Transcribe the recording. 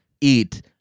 eat